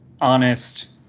honest